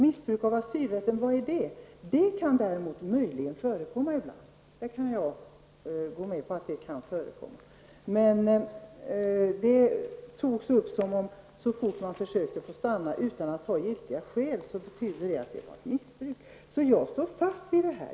Missbruk av asylrätten, vad är det? Det kan möjligen förekomma ibland, det kan jag gå med på. Men detta togs upp på ett sådant sätt att det var fråga om missbruk av asylrätten så fort någon försökte få stanna i Sverige utan att ha giltiga skäl. Jag står därför fast vid det som jag har sagt.